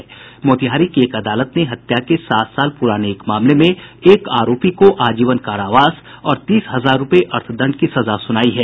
मोतिहारी की एक अदालत ने हत्या के सात साल पूराने एक मामले में एक आरोपी को आजीवन कारावास और तीस हजार रुपये अर्थदंड की सजा सुनायी है